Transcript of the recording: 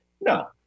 No